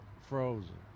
frozen